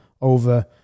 over